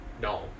No